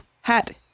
hat